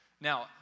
Now